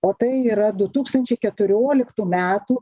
o tai yra du tūkstančiai keturioliktų metų